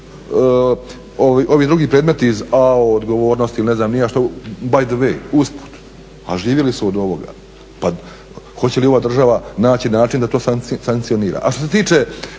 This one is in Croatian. oni drugi predmeti iz … /Govornik se ne razumije./… ili ne znam ni ja što by the way usput, a živjeli su od ovoga. Pa hoće li ova država naći način da to sankcionira?